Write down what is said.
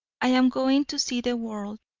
i am going to see the world.